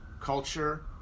culture